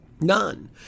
None